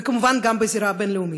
וכמובן גם בזירה הבין-לאומית,